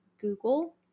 Google